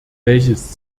welches